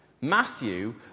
Matthew